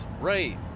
Right